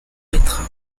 maîtres